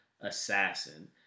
assassin